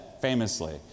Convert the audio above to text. famously